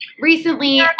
Recently